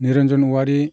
Niranjan Owary